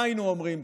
מה היינו אומרים.